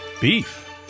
Beef